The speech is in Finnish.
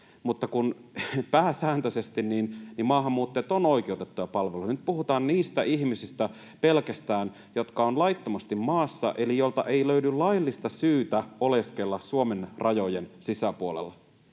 Mutta kun pääsääntöisesti maahanmuuttajat ovat oikeutettuja palveluihin. Nyt puhutaan pelkästään niistä ihmisistä, jotka ovat laittomasti maassa eli joilta ei löydy laillista syytä oleskella Suomen rajojen sisäpuolella.